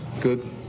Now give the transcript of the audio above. Good